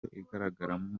igaragaramo